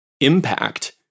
impact